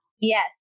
Yes